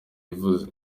ivuze